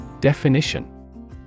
Definition